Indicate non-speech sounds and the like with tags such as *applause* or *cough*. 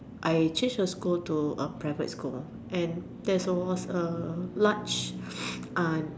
I change her school to a private school and that was a large *noise* uh